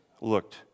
looked